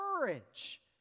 Courage